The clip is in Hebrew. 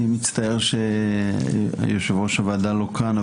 אני מצטער שיושב-ראש הוועדה לא כאן,